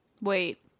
Wait